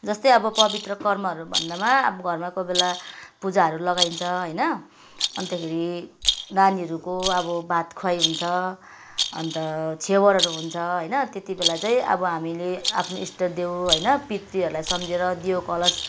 जस्तै अब पवित्र कर्महरू भन्दामा अब घरमा कोहीबेला पूजाहरू लगाइन्छ होइन अन्तखेरि नानीहरूको अब भात खुवाई हुन्छ अन्त छेवरहरू हुन्छ होइन त्यति बेला चाहिँ हामीले इष्टदेव होइन पितृहरूलाई दियो कलश